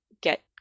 get